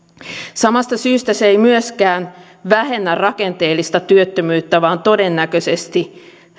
samasta syystä se ei myöskään vähennä rakenteellista työttömyyttä vaan todennäköisesti